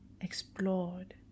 explored